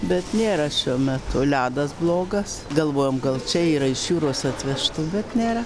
bet nėra šiuo metu ledas blogas galvojom gal čia yra iš jūros atvežtų bet nėra